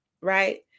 right